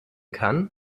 kann